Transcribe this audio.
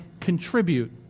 contribute